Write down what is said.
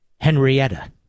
Henrietta